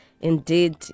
indeed